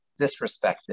disrespected